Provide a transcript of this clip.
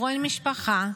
כל משפחה,